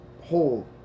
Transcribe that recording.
whole